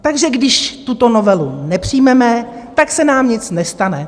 Takže když tuto novelu nepřijmeme, tak se nám nic nestane.